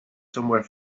somewhere